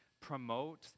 promote